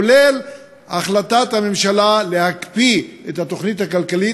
כולל החלטת הממשלה להקפיא את התוכנית הכלכלית.